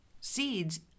seeds